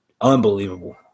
unbelievable